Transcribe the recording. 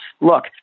look